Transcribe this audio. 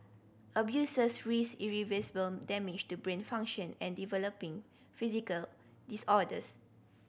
abusers risked irreversible damage to brain function and developing physical disorders